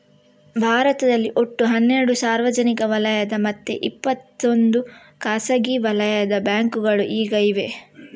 ಭಾರತದಲ್ಲಿ ಒಟ್ಟು ಹನ್ನೆರಡು ಸಾರ್ವಜನಿಕ ವಲಯದ ಮತ್ತೆ ಇಪ್ಪತ್ತೊಂದು ಖಾಸಗಿ ವಲಯದ ಬ್ಯಾಂಕುಗಳು ಈಗ ಇವೆ